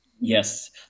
Yes